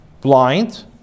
blind